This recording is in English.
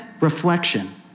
reflection